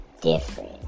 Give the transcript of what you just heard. different